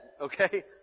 okay